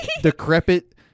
decrepit